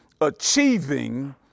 achieving